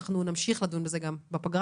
אנחנו נמשיך לדון בזה גם בפגרה.